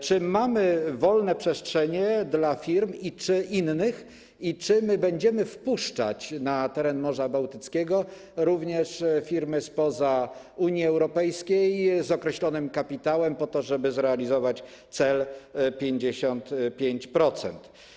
Czy mamy wolne przestrzenie dla firm innych i czy będziemy wpuszczać na teren Morza Bałtyckiego również firmy spoza Unii Europejskiej, z określonym kapitałem, po to żeby zrealizować cel 55%?